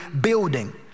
building